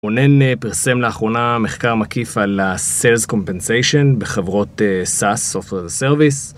רונן פרסם לאחרונה מחקר מקיף על ה־ Sales Compensation בחברות SAS, Software as a Service.